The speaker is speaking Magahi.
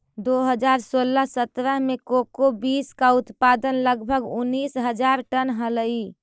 दो हज़ार सोलह सत्रह में कोको बींस का उत्पादन लगभग उनीस हज़ार टन हलइ